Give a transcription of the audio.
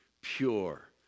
pure